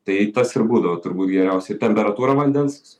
tai tas ir būdavo turbūt geriausiai temperatūrą vandens